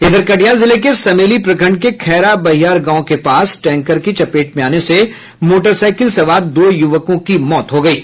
इधर कटिहार जिले के समेली प्रखंड के खैरा बहियार गांव के पास टैंकर की चपेट में आने से मोटरसाईकिल सवार दो युवकों की मौत हो गयी